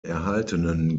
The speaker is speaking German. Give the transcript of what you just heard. erhaltenen